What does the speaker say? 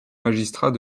magistrat